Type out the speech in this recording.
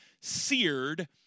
seared